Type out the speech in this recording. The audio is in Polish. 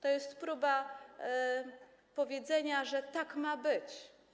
To jest próba powiedzenia, że tak ma być.